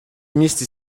вместе